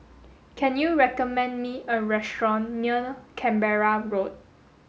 can you recommend me a restaurant near Canberra Road